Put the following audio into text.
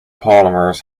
polymers